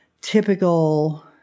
typical